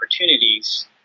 opportunities